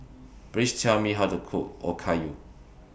Please Tell Me How to Cook Okayu